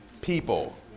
people